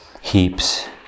heaps